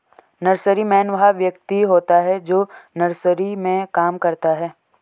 nurseryman वह व्यक्ति होता है जो नर्सरी में काम करता है